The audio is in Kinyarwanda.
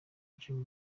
dream